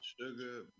sugar